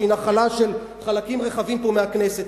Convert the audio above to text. שהיא נחלה של חלקים רחבים פה בכנסת.